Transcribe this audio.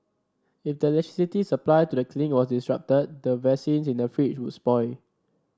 if the electricity supply to the clinic was disrupted the vaccines in the fridge would spoil